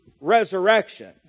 resurrection